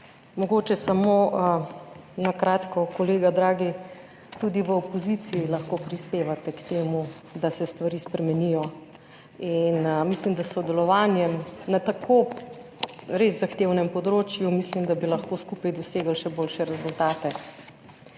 Mogoče samo na kratko. Kolega dragi, tudi v opoziciji lahko prispevate k temu, da se stvari spremenijo. In mislim, da s sodelovanjem na tako res zahtevnem področju mislim, da bi lahko skupaj dosegli še boljše rezultate.